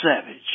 Savage